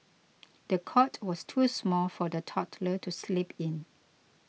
the cot was too small for the toddler to sleep in